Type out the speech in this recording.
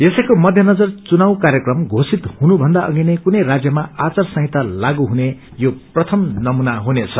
यसैको मध्यनजर चुनाव कार्यक्रम घोषित हुनुभन्दा अघि नै कुनै राज्यमा आचार संहिता लागू हुने यो प्रथम नमूना हुनेछ